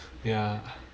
yeah